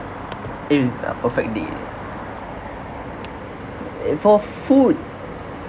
mm a perfect day uh for food